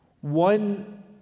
one